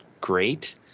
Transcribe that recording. great